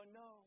no